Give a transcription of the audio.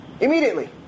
immediately